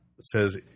says